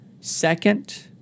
second